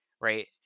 right